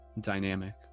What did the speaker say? Dynamic